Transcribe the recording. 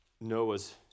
Noah's